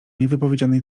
niewypowiedzianej